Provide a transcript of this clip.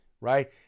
right